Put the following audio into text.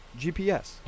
GPS